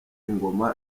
ingoma